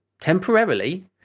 temporarily